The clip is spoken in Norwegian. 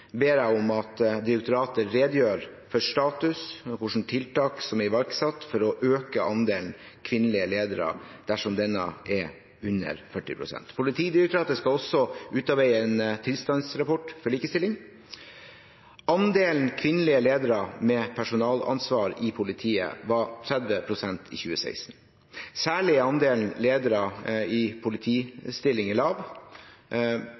ber jeg om at direktoratet redegjør for status, for hvilke tiltak som er iverksatt for å øke andelen kvinnelige ledere dersom den er under 40 pst. Politidirektoratet skal også utarbeide en tilstandsrapport for likestilling. Andelen kvinnelige ledere med personalansvar i politiet var 30 pst. i 2016. Særlig er andelen ledere i